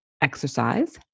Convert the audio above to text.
exercise